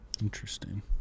interesting